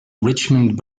richmond